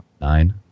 Nine